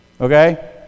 okay